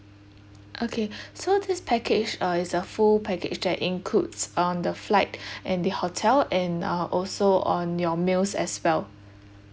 okay so this package uh is a full package that includes um the flight and the hotel and uh also on your meals as well